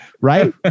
right